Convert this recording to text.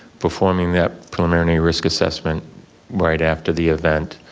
performing that preliminary risk assessment right after the event,